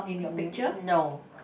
no